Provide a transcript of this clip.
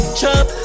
Chop